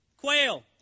quail